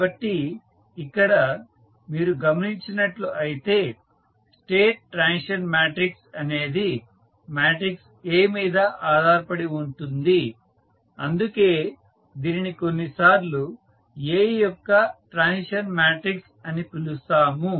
కాబట్టి ఇక్కడ మీరు గమనించినట్లు అయితే స్టేట్ ట్రాన్సిషన్ మాట్రిక్స్ అనేది మాట్రిక్స్ A మీద ఆధారపడి ఉంటుంది అందుకే దీనిని కొన్నిసార్లు A యొక్క ట్రాన్సిషన్ మాట్రిక్స్ అని పిలుస్తాము